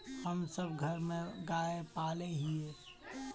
हम सब घर में गाय पाले हिये?